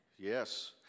Yes